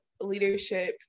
leadership